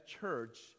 church